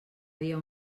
dia